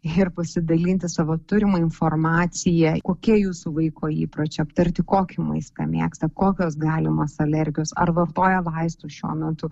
ir pasidalinti savo turima informacija kokie jūsų vaiko įpročiai aptarti kokį maistą mėgsta kokios galimos alergijos ar vartoja vaistus šiuo metu